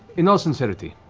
in all sincerity.